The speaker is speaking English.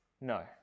No